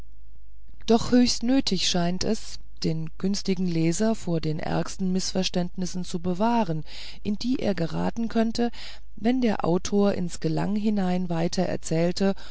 doch höchst nötig scheint es den günstigen leser vor den ärgsten mißverständnissen zu bewahren in die er geraten könnte wenn der autor ins gelag hinein weiter erzählte